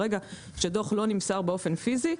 ברגע שדוח לא נמסר באופן פיזי,